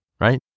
right